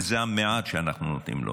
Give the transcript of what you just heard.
וזה המעט שאנחנו נותנים לו.